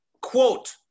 Quote